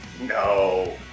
No